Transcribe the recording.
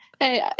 Hey